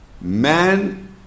man